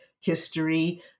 history